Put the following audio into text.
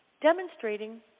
demonstrating